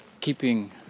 keeping